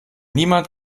niemand